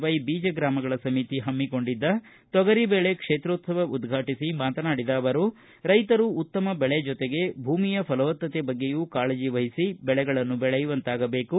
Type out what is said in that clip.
ವ್ಯೆ ಬೀಜ ಗ್ರಾಮಗಳ ಸಮಿತಿ ಹಮ್ನಿಕೊಂಡಿದ್ದ ತೊಗರಿದೇಳೆ ಕ್ಷೇತ್ರೋತ್ಲವ ಉದ್ರಾಟಿಸಿ ಮಾತನಾಡಿದ ಅವರು ರೈತರು ಉತ್ತಮ ಬೆಳೆ ಜೊತೆಗೆ ಭೂಮಿಯ ಫಲವತ್ತತೆ ಬಗ್ಗೆಯೂ ಕಾಳಜಿ ವಹಿಸಿ ಬೆಳೆಗಳನ್ನು ಬೆಳೆಯುವಂತಾಗಬೇಕು